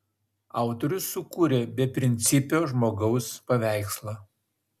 autorius sukūrė beprincipio žmogaus paveikslą